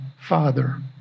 Father